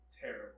terrible